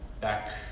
back